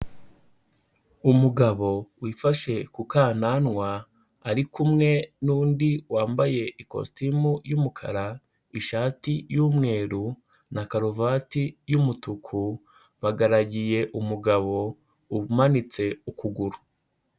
Umugabo wifashe ku kananwa, ari kumwe n'undi wambaye ikositimu y'umukara, ishati y'umweru na karuvati y'umutuku, bagaragiye umugabo umanitse ukuguru.